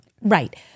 Right